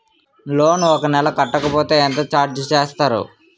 Loan ఒక నెల కట్టకపోతే ఎంత ఛార్జ్ చేస్తారు?